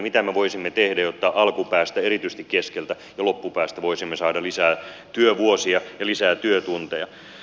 mitä me voisimme tehdä jotta alkupäästä erityisesti keskeltä ja loppupäästä voisimme saada lisää työvuosia ja lisää työtunteja